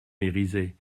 mériset